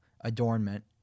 adornment